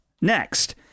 next